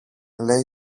λέει